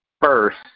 first